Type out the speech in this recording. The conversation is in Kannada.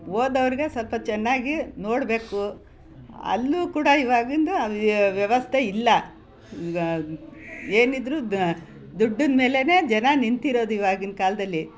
ಹೋದವ್ರಿಗೆ ಸ್ವಲ್ಪ ಚೆನ್ನಾಗಿ ನೋಡಬೇಕು ಅಲ್ಲೂ ಕೂಡ ಇವಾಗಿಂದು ವ್ಯವಸ್ಥೆ ಇಲ್ಲ ಏನಿದ್ದರೂ ದ ದುಡ್ಡಿನ ಮೇಲೆಯೇ ಜನ ನಿಂತಿರೋದು ಇವಾಗಿನ ಕಾಲದಲ್ಲಿ